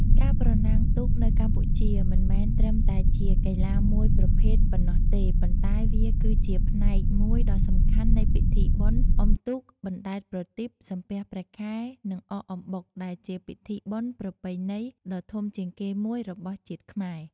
ការប្រណាំងទូកនៅកម្ពុជាមិនមែនត្រឹមតែជាកីឡាមួយប្រភេទប៉ុណ្ណោះទេប៉ុន្តែវាគឺជាផ្នែកមួយដ៏សំខាន់នៃពិធីបុណ្យអុំទូកបណ្ដែតប្រទីបសំពះព្រះខែនិងអកអំបុកដែលជាពិធីបុណ្យប្រពៃណីដ៏ធំជាងគេមួយរបស់ជាតិខ្មែរ។